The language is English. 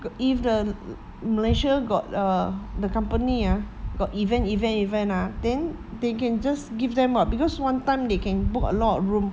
if the malaysia got uh the company ah got event event event ah then they can just give them [what] because one time they can book a lot of room